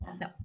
no